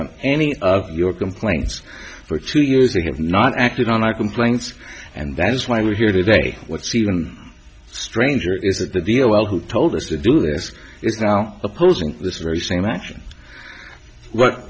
on any of your complaints for two years i have not acted on our complaints and that is why we are here today what's even stranger is that the deal well who told us to do this is now opposing this very same action what